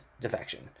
defection